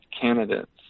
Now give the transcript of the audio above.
candidates